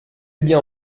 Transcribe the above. bien